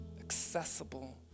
accessible